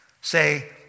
Say